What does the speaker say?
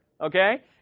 Okay